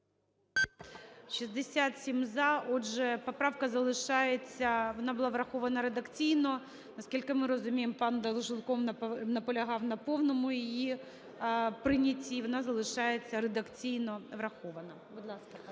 За-67 Отже, поправка залишається. Вона була врахована редакційно. Наскільки ми розуміємо, пан Долженков наполягав на повному її прийнятті, вона залишається редакційно врахованою.